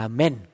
Amen